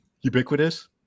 ubiquitous